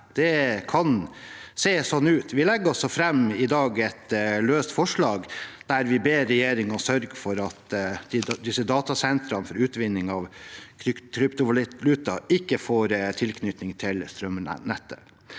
Det kan se slik ut. Vi legger i dag fram et løst forslag der vi ber regjeringen sørge for at datasentrene for utvinning av kryptovaluta ikke får tilknytning til strømnettet.